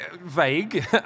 vague